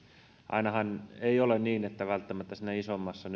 ainahan ei ole niin että välttämättä siinä isommassa